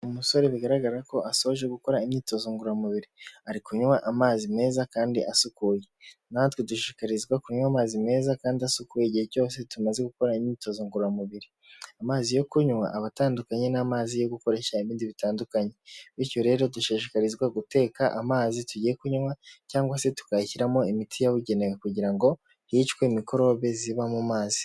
Umusore bigaragara ko asoje gukora imyitozo ngororamubiri ari kunywa amazi meza kandi asukuye, natwe dushikarizwa kunywa amazi meza kandi asukuye igihe cyose tumaze gukora imyitozo ngororamubiri amazi yo kunywa abatandukanye n'amazi yo gukoresha ibindi bitandukanye bityo rero dushishikarizwa guteka amazi tugiye kunywa cyangwa se tukayashyiramo imiti yabugenewe kugira ngo hicwe mikorobe ziba mu mazi.